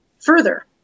further